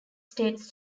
states